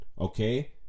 okay